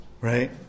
right